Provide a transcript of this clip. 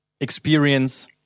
experience